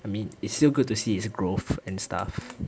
I mean it's still good to see his growth and stuff